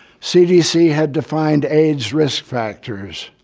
cdc had defined aids risk factors,